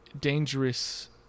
dangerous